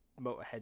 Motorhead